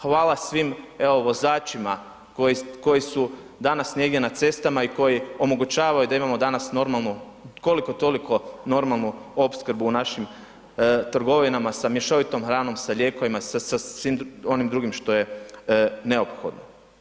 Hvala svim evo vozačima koji su danas negdje na cestama i koji omogućavaju da imamo danas normalnu koliko-toliku normalnu opskrbu u našim trgovinama sa mješovitom hranom, sa lijekovima, sa svim onim drugim što je neophodno.